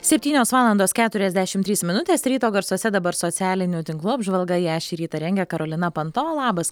septynios valandos keturiasdešim trys minutės ryto garsuose dabar socialinių tinklų apžvalga ją šį rytą rengia karolina panto labas